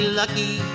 lucky